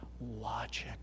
logic